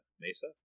Mesa